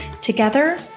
Together